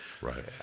right